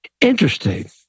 Interesting